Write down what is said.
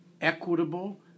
equitable